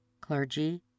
clergy